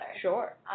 Sure